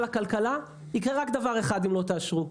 כלכלה יקרה רק דבר אחד אם לא תאשרו: